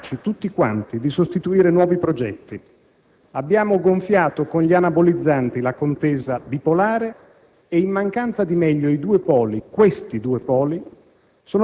E poi, quando ci siamo illusi di darci nuovi costumi e istituzioni, è accaduto invece che ci siamo improvvisamente fermati mentre il resto del mondo accelerava.